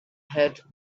had